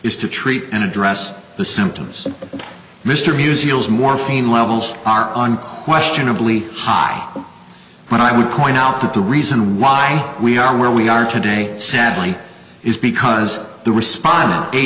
is to treat and address the symptoms mr musicals morphine levels are unquestionably ha when i would point out that the reason why we are where we are today sadly is because the responder a